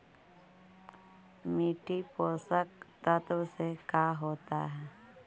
मिट्टी पोषक तत्त्व से का होता है?